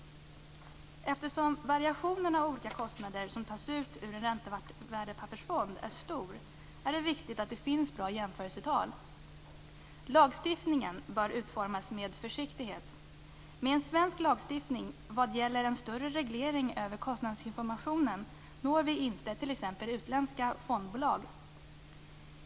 Eftersom variationen av olika kostnader som tas ut ur en värdepappersfond är stor är det viktigt att det finns bra jämförelsetal. Lagstiftningen bör utformas med försiktighet. Med en svensk lagstiftning vad gäller en större reglering över kostnadsinformationen når vi inte t.ex. utländska fondbolag.